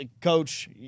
Coach